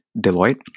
Deloitte